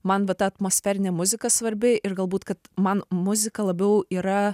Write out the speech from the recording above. man vat ta atmosferinė muzika svarbi ir galbūt kad man muzika labiau yra